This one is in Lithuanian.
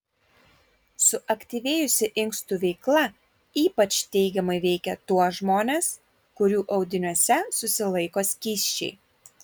suaktyvėjusi inkstų veikla ypač teigiamai veikia tuos žmones kurių audiniuose susilaiko skysčiai